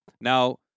Now